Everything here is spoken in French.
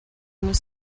nous